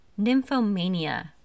nymphomania